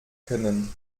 können